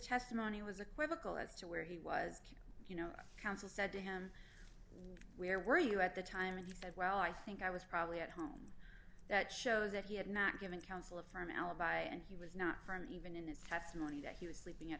testimony was a quizzical as to where he was you know counsel said to him where were you at the time and he said well i think i was probably at home that shows that he had not given counsel of firm alibi and he was not from even in this testimony that he was sleeping at